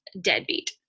deadbeat